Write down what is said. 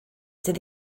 sydd